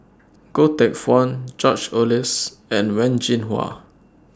Goh Teck Phuan George Oehlers and Wen Jinhua